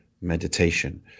meditation